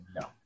No